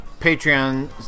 Patreon